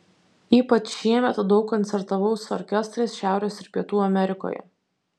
ypač šiemet daug koncertavau su orkestrais šiaurės ir pietų amerikoje